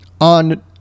on